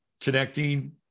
Connecting